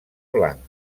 blanc